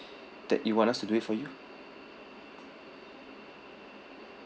that you want us to do it for you